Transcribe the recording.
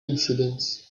incidents